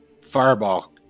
fireball